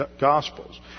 Gospels